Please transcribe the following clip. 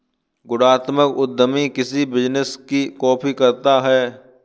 गुणात्मक उद्यमी किसी बिजनेस की कॉपी करता है